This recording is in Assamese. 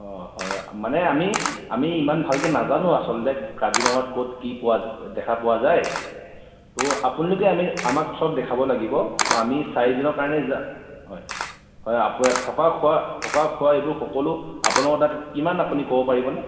অ' হয় মানে আমি আমি ইমান ভালকৈ নাজানো আচলতে কাজিৰঙাত ক'ত কি পোৱা দেখা পোৱা যায় ত' আপোনালোকে আমি আমাক চব দেখাব লাগিব ত' আমি চাৰিদিনৰ কাৰণে যা হয় হয় আপো থকা খোৱা থকা খোৱা এইবোৰ সকলো আপোনালোকৰ তাত কিমান আপুনি ক'ব পাৰিবনে